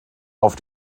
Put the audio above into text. auf